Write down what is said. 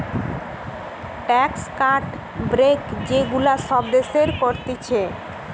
tax cut, break যে গুলা সব দেশের করতিছে